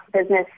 business